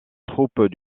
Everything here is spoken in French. troupes